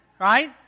Right